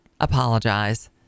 apologize